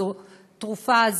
שזו תרופה,